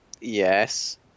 Yes